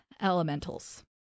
elementals